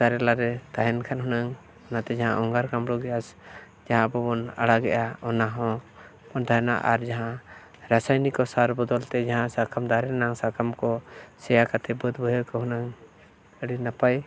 ᱫᱟᱨᱮᱼᱱᱟᱹᱲᱤ ᱛᱟᱦᱮᱱ ᱠᱷᱟᱱ ᱦᱩᱱᱟᱹᱝ ᱜᱮᱥ ᱡᱟᱦᱟᱸ ᱟᱵᱚᱵᱚᱱ ᱟᱲᱟᱜᱮᱜᱼᱟ ᱚᱱᱟᱦᱚᱸ ᱛᱟᱦᱮᱱᱟ ᱟᱨ ᱡᱟᱦᱟᱸ ᱨᱟᱥᱟᱭᱚᱱᱤᱠ ᱥᱟᱨ ᱵᱚᱫᱚᱞ ᱛᱮ ᱡᱟᱦᱟᱸ ᱥᱟᱵ ᱠᱟᱜ ᱢᱮ ᱫᱟᱨᱮ ᱨᱮᱱᱟᱝ ᱥᱟᱠᱟᱢ ᱠᱚ ᱥᱮᱭᱟ ᱠᱟᱛᱮᱫ ᱵᱟᱹᱫᱽ ᱵᱟᱹᱭᱦᱟᱹᱲ ᱠᱚ ᱦᱩᱱᱟᱹᱝ ᱟᱹᱰᱤ ᱱᱟᱯᱟᱭ